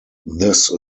this